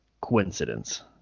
coincidence